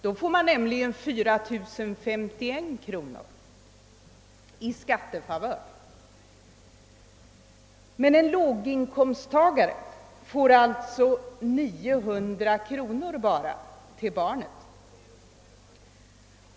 Då får man nämligen 4 051 kronor i skattefavör. Men en låginkomsttagare får alltså bara 900 kronor till barnet.